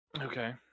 Okay